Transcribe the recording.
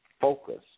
focus